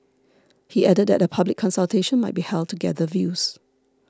he added that a public consultation might be held to gather views